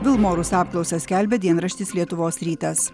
vilmorus apklausą skelbia dienraštis lietuvos rytas